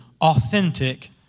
authentic